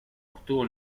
obtuvo